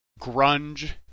grunge